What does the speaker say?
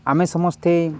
ଆମେ ସମସ୍ତେ